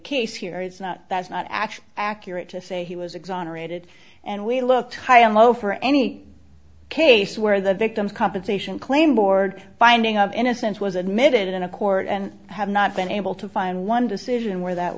case here it's not that's not actually accurate to say he was exonerated and we looked high and low for any case where the victim's compensation claim board finding of innocence was admitted in a court and have not been able to find one decision where that